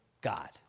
God